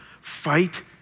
fight